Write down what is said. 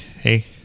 hey